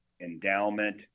endowment